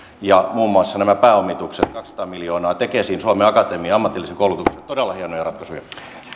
ja kasvuun muun muassa nämä pääomitukset kaksisataa miljoonaa tekesiin suomen akatemiaan ammatilliseen koulutukseen todella hienoja ratkaisuja